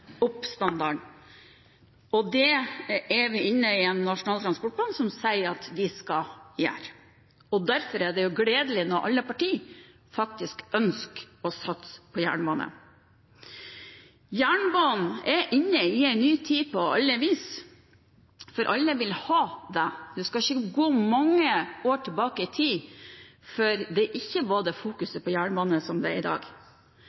og nå har vi en nasjonal transportplan som sier at en skal gjøre nettopp det. Derfor er det gledelig at alle partier ønsker å satse på jernbanen. Jernbanen er inne i en ny tid på alle vis, for alle vil ha det. En skal ikke gå mange år tilbake i tid før en ikke fokuserte så mye på jernbanen som en gjør i dag. Satser vi klokt, med de investeringene som det ligger an til i